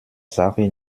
sache